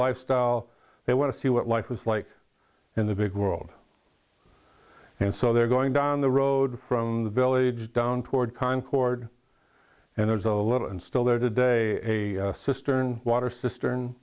lifestyle they want to see what life was like in the big world and so they're going down the road from the village down toward concord and there's a little and still there today a cistern water cistern and